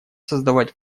создавать